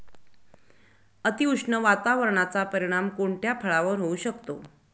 अतिउष्ण वातावरणाचा परिणाम कोणत्या फळावर होऊ शकतो?